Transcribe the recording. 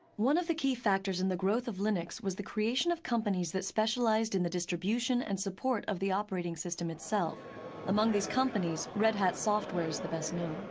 one of the key factors in the growth of linux was the creation of companies that specialized in the distribution and support of the operating system itself among these companies, red hat software is the best known.